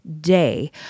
day